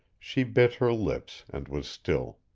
she bit her lips and was still.